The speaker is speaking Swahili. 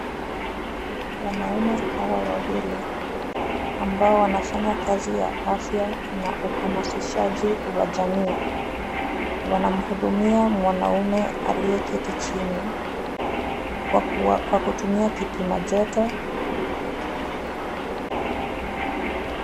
Wanaume hawa wawili, ambao wanafanya kazi ya afya na uhamasishaji wa jamii. Wanamhudumia mwanaume aliye keti chini kwa kutumia kipima joto.